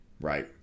Right